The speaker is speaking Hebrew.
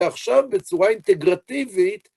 ועכשיו בצורה אינטגרטיבית,